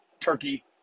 turkey